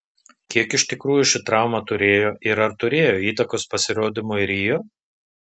kiek iš tikrųjų šį trauma turėjo ir ar turėjo įtakos pasirodymui rio